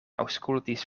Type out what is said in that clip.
aŭskultis